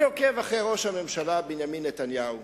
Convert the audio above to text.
אני עוקב אחרי ראש הממשלה בנימין נתניהו